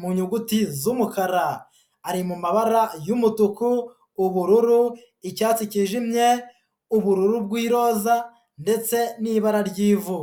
mu nyuguti z'umukara, ari mu mabara y'umutuku, ubururu, icyatsi cyijimye, ubururu bw'iroza ndetse n'ibara ry'ivu.